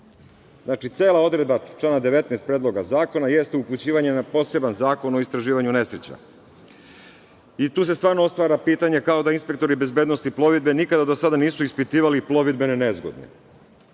Znači, cela odredba člana 19. Predloga zakona jeste upućivanje na poseban Zakon o istraživanju nesreća. Tu se stvarno otvara pitanje, kao da inspektori bezbednosti plovidbe nikada do sada nisu ispitivali plovidbene nezgode.